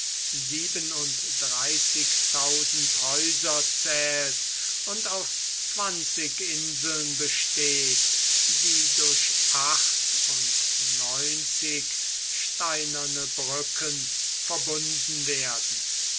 siebenunddreißigtausend häuser zählt und aus zwanzig inseln besteht die durch acht und neunzig steinerne brücken verbunden werden